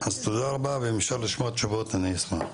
תודה רבה, ואם אפשר לשמוע תשובות, אני אשמח.